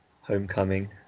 Homecoming